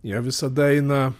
jie visada eina